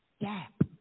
gap